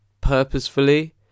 purposefully